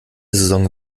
saison